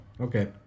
Okay